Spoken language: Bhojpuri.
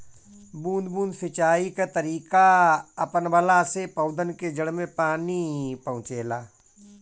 बूंद बूंद सिंचाई कअ तरीका अपनवला से पौधन के जड़ में पानी पहुंचेला